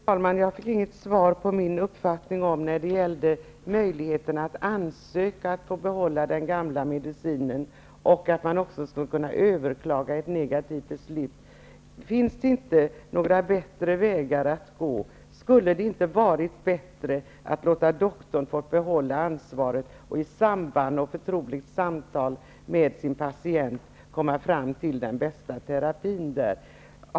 Fru talman! Jag fick inget svar på min fråga när det gällde möjligheterna att ansöka att få behålla den gamla medicinen och att man också skulle kunna överklaga ett negativt beslut. Finns det inte bättre vägar att gå? Skulle det inte varit bättre att låta doktorn få behålla ansvaret och i samverkan och förtroligt samtal med sin patient komma fram till bästa terapin?